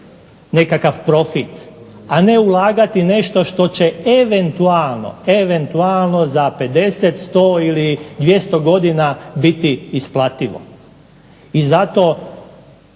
nekakav profit, a ne ulagati nešto što će eventualno, eventualno za 50, 100 ili 200 godina biti isplativo. I zato